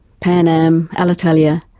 pan am, alitalia,